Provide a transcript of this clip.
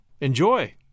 Enjoy